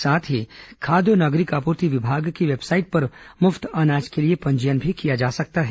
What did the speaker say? साथ ही खाद्य और नागरिक आपूर्ति विभाग की वेबसाइट पर मुफ्त अनाज के लिए पंजीयन भी किया जा सकता है